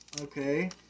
Okay